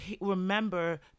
remember